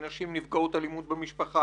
נשים נפגעות אלימות במשפחה,